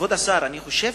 כבוד השר, אני חושב